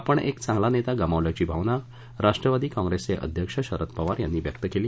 आपण एक चांगला नेता गमावल्याची भावना राष्ट्रवादी काँप्रेसचे अध्यक्ष शरद पवार यांनी व्यक्त केली